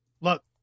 look